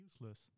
useless